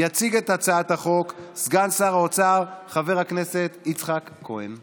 יציג את הצעת החוק סגן שר האוצר חבר הכנסת יצחק כהן.